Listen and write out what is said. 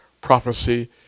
prophecy